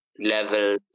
Level